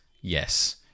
Yes